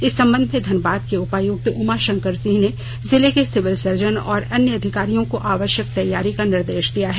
इस संबंध में धनबाद के उपायुक्त उमाशंकर सिंह ने जिले के सिविल सर्जन और अन्य अधिकारियों को आवश्यक तैयारी का निर्देश दिया है